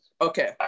Okay